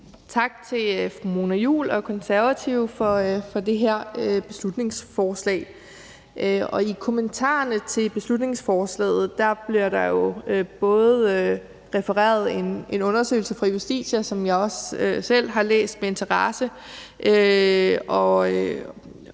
Tak til fru Mona Juul og Konservative for det her beslutningsforslag. I bemærkningerne til beslutningsforslaget bliver der jo bl.a. refereret til en undersøgelse fra Justitia, som jeg også selv har læst med interesse;